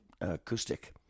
acoustic